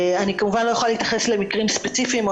אני כמובן לא יכולה להתייחס למקרים ספציפיים או